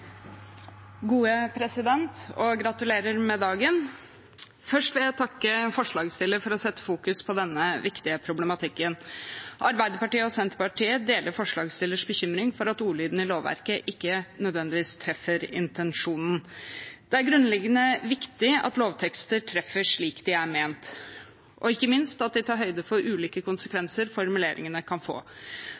Gode president: Gratulerer med dagen! Først vil jeg takke forslagsstillerne for å fokusere på denne viktige problematikken. Arbeiderpartiet og Senterpartiet deler forslagsstillernes bekymring for at ordlyden i lovverket ikke nødvendigvis treffer intensjonen. Det er grunnleggende viktig at lovtekster treffer slik de er ment, og ikke minst at de tar høyde for ulike konsekvenser formuleringene kan få.